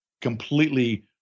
completely